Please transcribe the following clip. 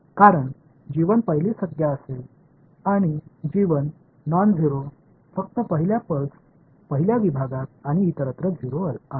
कारण पहिली संज्ञा असेल आणि नॉनझेरो फक्त पहिल्या पल्स पहिल्या विभागात आणि इतरत्र 0 आहे